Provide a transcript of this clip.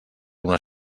una